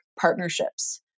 partnerships